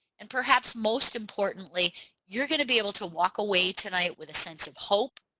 and perhaps most importantly you're gonna be able to walk away tonight with a sense of hope,